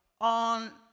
on